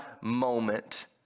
moment